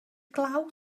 glaw